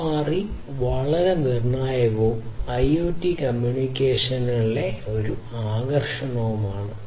CoRE വളരെ നിർണായകവും IoT കമ്മ്യൂണിറ്റിയിലെ ഒരു ആകർഷണവുമാണ്